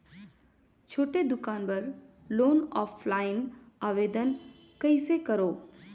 छोटे दुकान बर लोन ऑफलाइन आवेदन कइसे करो?